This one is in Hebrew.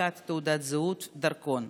הנפקת תעודת זהות ודרכון.